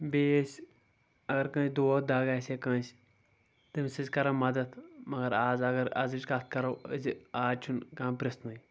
بیٚیہِ ٲسۍ اگر کٲنٛسہِ دود دگ آسہِ ہا کٲنٛسہِ تٔمِس ٲسۍ کران مدد مگر آز اگر ازٕچ کتھ کرو أزِ آز چھُنہٕ کانٛہہ پریٚژھنٕے